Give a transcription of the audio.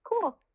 cool